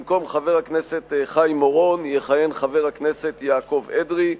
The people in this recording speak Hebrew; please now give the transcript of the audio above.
במקום חבר הכנסת חיים אורון יכהן חבר הכנסת יעקב אדרי.